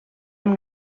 amb